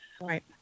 Right